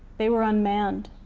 they were unmanned.